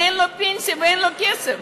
ואין לו פנסיה ואין לו כסף.